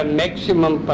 maximum